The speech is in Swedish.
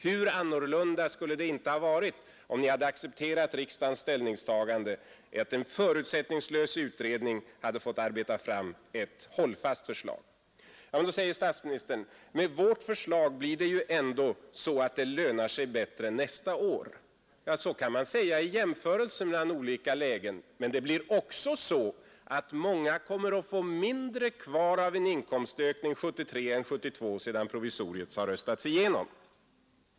Hur annorlunda skulle det inte ha varit, om ni hade accepterat riksdagens ställningstagande och en förutsättningslös utredning hade fått arbeta fram ett hållfast förslag. Då säger statsministern: Med vårt förslag blir det ju ändå så att det lönar sig bättre nästa år. Så kan man säga vid jämförelse mellan olika lägen, men många kommer också att få mindre kvar av en ökning 1973 än 1972, sedan provisoriet har röstats igenom.